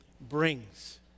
brings